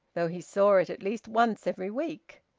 though he saw it at least once every week.